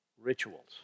rituals